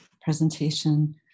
presentation